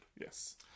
Yes